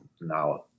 now